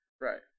Right